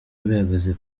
bihagaze